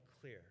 clear